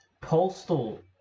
postal